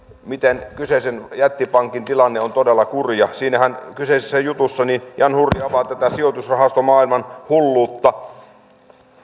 miten kyseisen jättipankin tilanne on todella kurja siinä kyseisessä jutussahan jan hurri avaa tätä sijoitusrahastomaailman hulluutta